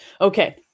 Okay